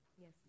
Yes